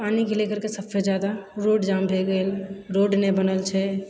पानिके लेकरके सबसे ज्यादा रोड जाम भऽ गेल रोड नहि बनल छै